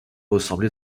ressemble